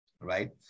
Right